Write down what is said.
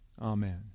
Amen